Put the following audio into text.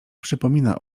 przypomina